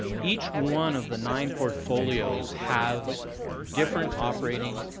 each one of the nine portfolios has different operating